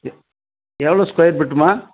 எ எவ்வளோ ஸ்கொயர் ஃபீட்ம்மா